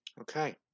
okay